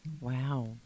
Wow